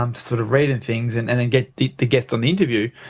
um sort of rating things and and then get the the guests on the interview.